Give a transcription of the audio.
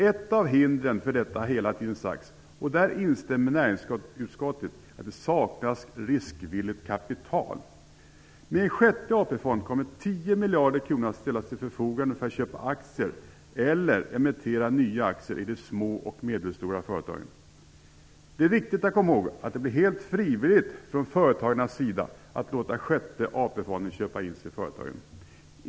Ett av hindren för detta har hela tiden sagts vara - och däri instämmer näringsutskottet - att det saknas riskvilligt kapital. Med en sjätte AP-fond kommer 10 miljarder kronor att ställas till förfogande för köp av aktier eller för emittering av nya aktier i de små och medelstora företagen. Det är viktigt att komma ihåg att det blir helt frivilligt för företagarna att låta sjätte fondstyrelsen köpa in sig i företagen.